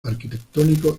arquitectónico